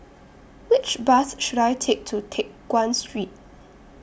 Which Bus should I Take to Teck Guan Street